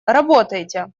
работайте